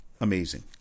Amazing